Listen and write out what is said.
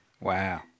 Wow